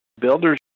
builders